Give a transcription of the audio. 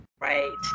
right